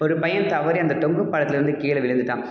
ஒரு பையன் தவறி அந்த தொங்கும் பாலத்தில் இருந்து கீழே விழுந்துட்டான்